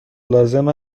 لازم